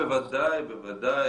בוודאי, בוודאי.